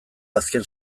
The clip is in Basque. azken